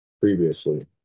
previously